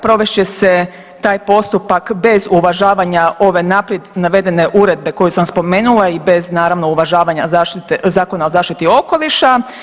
Provest će se taj postupak bez uvažavanja ove naprijed navedene Uredbe koju sam spomenula i bez naravno uvažavanja Zakona o zaštiti okoliša.